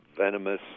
venomous